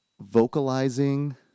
vocalizing